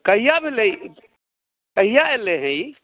कहिया भेलै अयलै हँ ई